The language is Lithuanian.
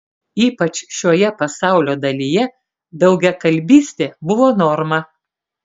ypač šioje pasaulio dalyje daugiakalbystė buvo norma